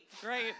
Great